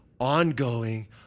ongoing